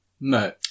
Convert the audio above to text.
No